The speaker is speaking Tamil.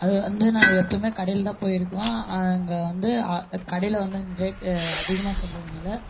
அதுவந்து நான் எப்போதுமே கடையில் தான் போய் எடுக்குவேன் அங்கே வந்து கடையில் வந்து அந்த ரேட்டு அதிகமாக சொல்றதுனால